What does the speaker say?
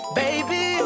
baby